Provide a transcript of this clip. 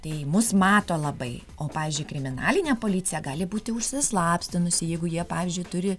tai mus mato labai o pavyzdžiui kriminalinė policija gali būti užsislaptinusi jeigu jie pavyzdžiui turi